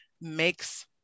makes